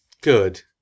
good